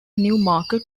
newmarket